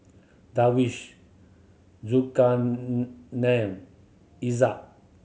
Darwish Izzat